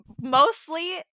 Mostly